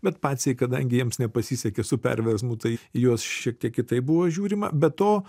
bet paciai kadangi jiems nepasisekė su perversmu tai į juos šiek tiek kitaip buvo žiūrima be to